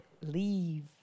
leave